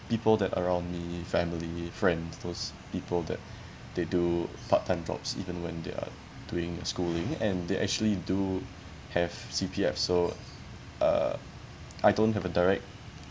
people that around me family friends those people that they do part time jobs even when they're doing schooling and they actually do have C_P_F so uh I don't have a direct